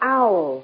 owl